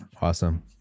awesome